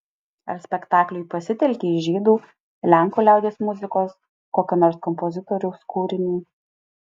ar spektakliui pasitelkei žydų lenkų liaudies muzikos kokio nors kompozitoriaus kūrinį